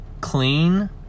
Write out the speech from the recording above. clean